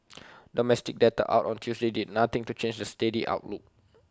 domestic data out on Tuesday did nothing to change the steady outlook